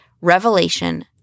Revelation